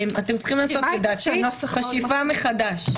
לדעתי, עליכם לעשות חשיבה מחדש.